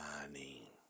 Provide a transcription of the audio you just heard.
money